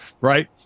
right